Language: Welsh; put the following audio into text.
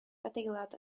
adeilad